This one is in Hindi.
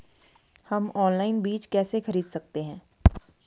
हम ऑनलाइन बीज कैसे खरीद सकते हैं?